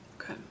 Okay